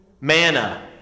manna